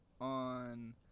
on